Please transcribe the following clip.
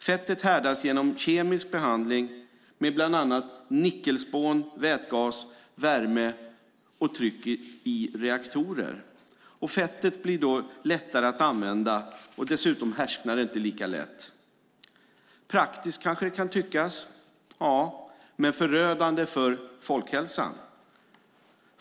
Fettet härdas genom kemisk behandling med bland annat nickelspån, vätgas, värme och tryck i reaktorer. Fettet blir då lättare att använda, och dessutom härsknar det inte lika lätt. Praktiskt, kanske det kanske tyckas, ja, men förödande för folkhälsan.